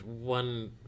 one